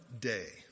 day